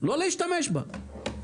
לא להשתמש בה.